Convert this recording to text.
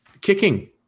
Kicking